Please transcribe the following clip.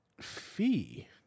Fee